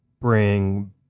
bring